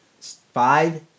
Five